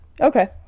Okay